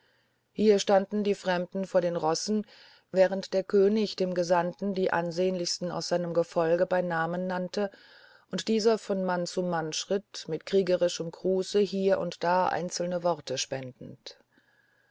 dort standen die fremden vor den rossen während der könig dem gesandten die ansehnlichsten aus seinem gefolge bei namen nannte und dieser von mann zu mann schritt mit kriegerischem gruße hier und da einzelne worte spendend